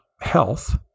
health